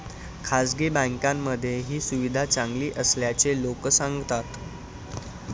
खासगी बँकांमध्ये ही सुविधा चांगली असल्याचे लोक सांगतात